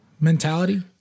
mentality